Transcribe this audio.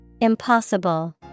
Impossible